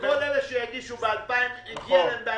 כל אלה שיגיע להם ב-2020,